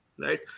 right